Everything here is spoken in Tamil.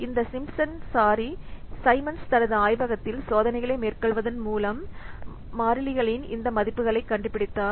இந்த சிம்ப்சன் சரி சைமன்ஸ் தனது ஆய்வகத்தில் சோதனைகளை மேற்கொள்வதன் மூலம் மாறிலிகளின் இந்த மதிப்புகளைக் கண்டுபிடித்தார்